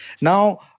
now